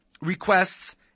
requests